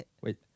Wait